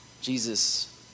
Jesus